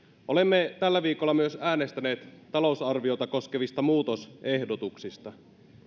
olemme tällä viikolla myös äänestäneet talousarviota koskevista muutosehdotuksista